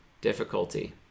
Difficulty